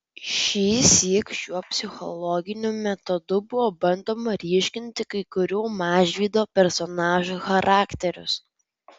šįsyk šiuo psichologiniu metodu buvo bandoma ryškinti kai kurių mažvydo personažų charakterius